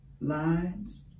lines